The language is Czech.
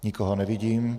Nikoho nevidím.